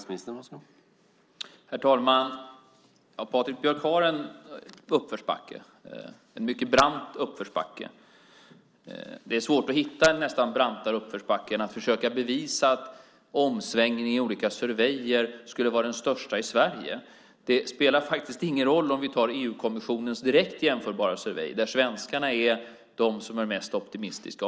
Herr talman! Ja, Patrik Björck har en uppförsbacke, en mycket brant uppförsbacke. Det är nästan svårt att hitta en brantare uppförsbacke än att försöka bevisa att omsvängningen i olika surveyer skulle vara den största i Sverige. Det spelar faktiskt ingen roll om vi tar EU-kommissionens direkt jämförbara survey, där svenskarna är de som är mest optimistiska.